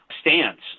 stands